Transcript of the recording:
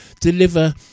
deliver